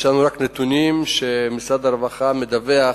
יש לנו רק נתונים שמשרד הרווחה מדווח,